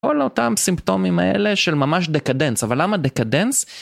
כל אותם סימפטומים האלה של ממש דקדנס, אבל למה דקדנס?